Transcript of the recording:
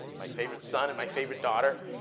my favorite son and my favorite daughter.